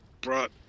Brought